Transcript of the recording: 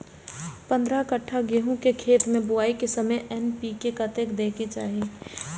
पंद्रह कट्ठा गेहूं के खेत मे बुआई के समय एन.पी.के कतेक दे के छे?